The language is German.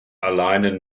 alleine